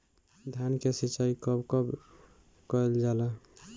धान के सिचाई कब कब कएल जाला?